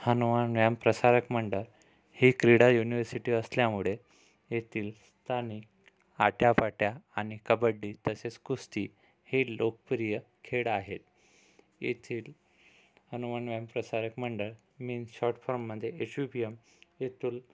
हनुमान व्यायामप्रसारक मंडळ ही क्रीडा युनिव्हर्सिटी असल्यामुळे येथील स्थानिक आट्यापाट्या आणि कबड्डी तसेच कुस्ती हे लोकप्रिय खेळ आहेत येथील हनुमान व्यायामप्रसारक मंडळ मिन्स शॉर्ट फॉममध्ये एच यु पी एम येतूल